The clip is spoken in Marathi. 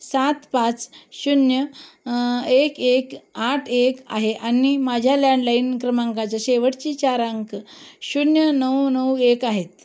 सात पाच शून्य एक एक आठ एक आहे आणि माझ्या लँडलाइण क्रमांकाच्या शेवटचे चार अंक शून्य नऊ नऊ एक आहेत